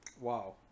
wow